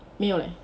没有 leh